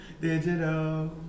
digital